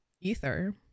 ether